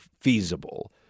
feasible